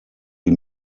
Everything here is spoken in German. die